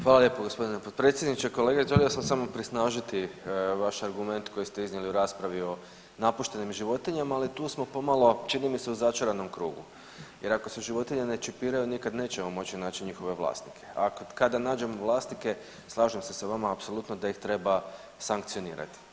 Hvala lijepo g. potpredsjedniče, kolega, želio sam samo prisnažiti vaš argument koji ste iznijeli u raspravi o napuštenim životinjama, ali tu smo pomalo, čini mi se, u začaranom krugu jer ako se životinje ne čipiraju, nikad nećemo moći naći njihove vlasnike, a kad nađemo vlasnike, slažem se sa vama, apsolutno, da ih treba sankcionirati.